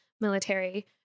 military